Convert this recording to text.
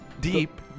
deep